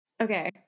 okay